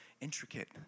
intricate